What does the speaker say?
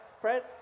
Fred